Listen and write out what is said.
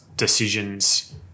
decisions